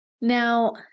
Now